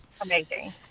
amazing